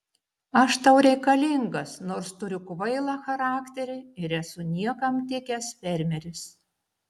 aš tau reikalingas nors turiu kvailą charakterį ir esu niekam tikęs fermeris